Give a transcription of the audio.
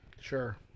Sure